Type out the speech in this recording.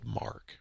Mark